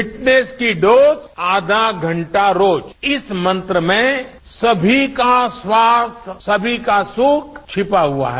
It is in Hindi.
फिटनेस की डोज आधा घंटा रोज इस मंत्र में सभी का स्वास्थ्य सभी का सुख छिपा हुआ है